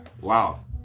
wow